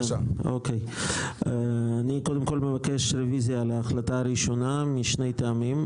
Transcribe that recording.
אני מבקש רוויזיה על ההחלטה הראשונה וזאת משני טעמים.